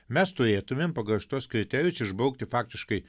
mes turėtumėm pagal šituos kriterijus išbraukti faktiškai